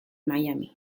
miami